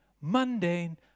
mundane